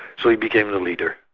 so he became the leader.